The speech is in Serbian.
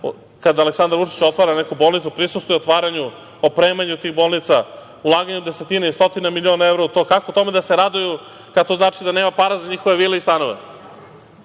kad Aleksandar Vučić otvara neku bolnicu, prisustvuje otvaranju, opremanju tih bolnica, ulaganju desetina i stotina miliona evra u to, kako tome da se raduju kad to znači da nema para za njihove vile i stanove.